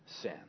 sin